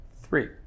Three